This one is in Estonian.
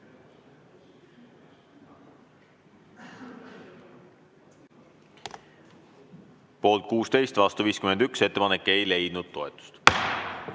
Poolt 16, vastu 51. Ettepanek ei leidnud toetust.11.